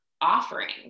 offerings